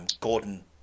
Gordon